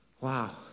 wow